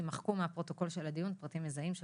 יימחקו מהפרוטוקול של הדיון פרטים מזהים של